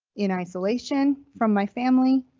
in isolation from my family.